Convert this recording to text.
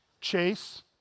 Chase